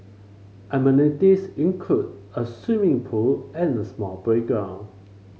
amenities include a swimming pool and small playground